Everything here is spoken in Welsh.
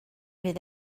fydd